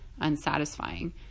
unsatisfying